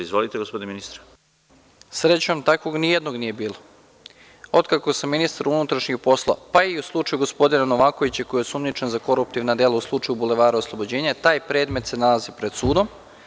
Srećom, takvog ni jednog nije bilo, od kada sam ministar unutrašnjih poslova, pa i u slučaju gospodina Novakovića, koji je osumnjičen za koruptivna dela u slučaju Bulevara oslobođenja, taj predmet se nalazi pred sudom.